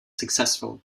successful